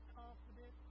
confident